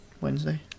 Wednesday